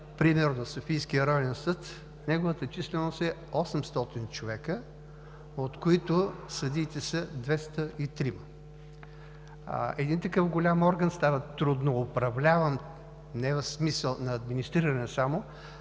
примерно в Софийския районен съд числеността е 800 човека, от които съдиите са 203. Един такъв голям орган става трудно управляван не в смисъл на администриране само.